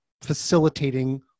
facilitating